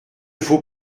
faut